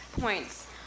points